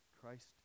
Christ